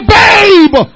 babe